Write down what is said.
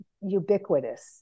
ubiquitous